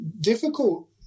difficult